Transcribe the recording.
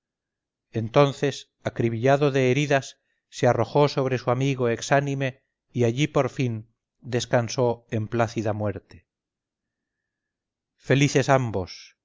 entonces acribillado de heridas se arrojó sobre su amigo exánime y allí por fin descansó en plácida muerte felices ambos